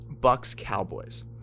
Bucks-Cowboys